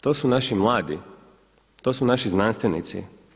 To su naši mladi, to su naši znanstvenici.